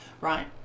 right